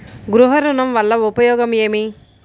గృహ ఋణం వల్ల ఉపయోగం ఏమి?